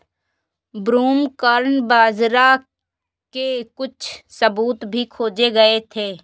broomcorn बाजरा के कुछ सबूत भी खोजे गए थे